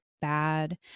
bad